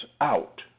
out